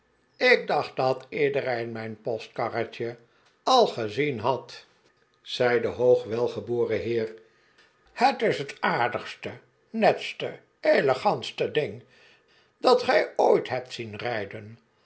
ik dacht dat iedeween mijn postkawwetje aw gezien had zei de hoogwelgeboren heer het is het aawdigste netste ewegantste ding dat gij ooit hebt zien wijden